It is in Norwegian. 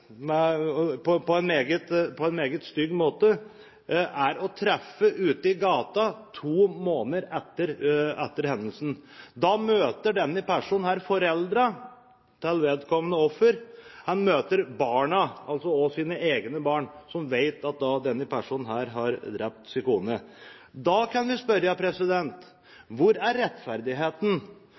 på en meget stygg måte, er å treffe ute på gaten to måneder etter hendelsen og møter foreldrene til offeret, og han møter barna – sine egne barn, som vet at denne personen har drept deres mor, kan vi spørre: Hvor er rettferdigheten?